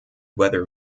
whether